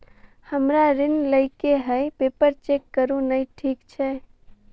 हमरा ऋण लई केँ हय पेपर चेक करू नै ठीक छई?